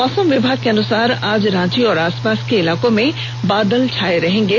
मौसम विभाग के अनुसार आज रांची और आसपास के इलाके में बादल छाये रहेंगे